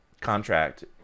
contract